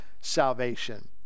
salvation